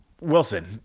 Wilson